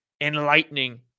enlightening